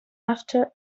after